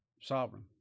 sovereign